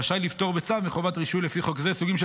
רשאי לפטור בצו מחובת רישוי לפי חוק זה סוגים של